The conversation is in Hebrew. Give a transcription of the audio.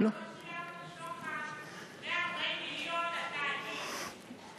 כחלון, אנחנו לא שילמנו שוחד 140 מיליון לתאגיד.